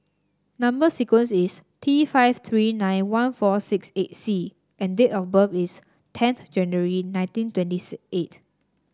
number sequence is T five three nine one four six eight C and date of birth is tenth January nineteen twenties eight